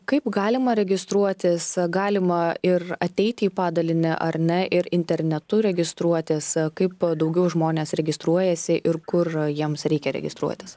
kaip galima registruotis galima ir ateiti į padalinį ar ne ir internetu registruotis kaip daugiau žmonės registruojasi ir kur jiems reikia registruotis